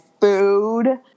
food